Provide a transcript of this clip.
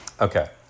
Okay